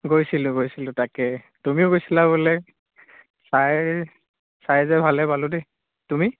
গৈছিলোঁ গৈছিলোঁ তাকে তুমিও গৈছিলা বোলে চাই চাই যে ভালে পালোঁ দেই তুমি